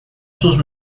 sus